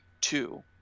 two